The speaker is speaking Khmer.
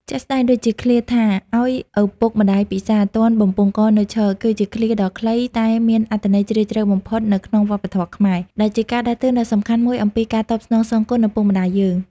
ជាក់ស្ដែងដូចជាឃ្លាថា ឲ្យឪពុកម្តាយពិសារ ទាន់បំពង់ករនៅឈរ គឺជាឃ្លាដ៏ខ្លីតែមានអត្ថន័យជ្រាលជ្រៅបំផុតនៅក្នុងវប្បធម៌ខ្មែរ ដែលជាការដាស់តឿនដ៏សំខាន់មួយអំពីការតបស្នងសងគុណឪពុកម្តាយយើង។